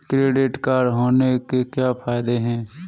Credit card होने के क्या फायदे हैं?